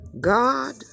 God